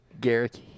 Garrett